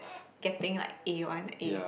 getting like a-one A